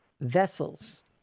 vessels